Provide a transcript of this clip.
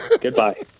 Goodbye